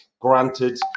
Granted